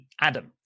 Adam